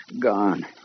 Gone